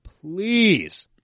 Please